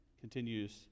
continues